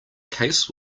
case